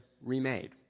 remade